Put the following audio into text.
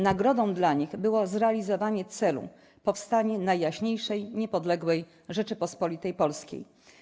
Nagrodą dla nich było zrealizowanie celu - powstanie Najjaśniejszej Niepodległej Rzeczypospolitej Polskiej.